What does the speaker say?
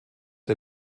der